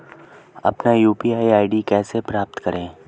अपना UPI ID कैसे प्राप्त करें?